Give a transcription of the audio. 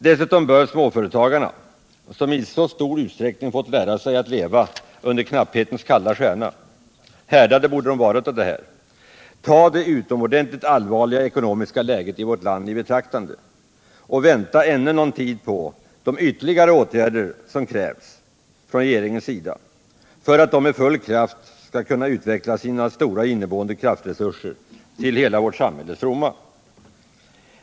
Dessutom bör småföretagarna, som i så stor utsträckning fått lära sig att leva under knapphetens kalla stjärna och borde vara härdade av det, ta det utomordentligt allvarliga ekonomiska läget i vårt land i betraktande och vänta ännu någon tid på de ytterligare åtgärder från regeringens sida som krävs för att de med full kraft skall kunna utveckla sina stora inneboende resurser till hela vårt samhälles fromma.